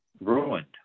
ruined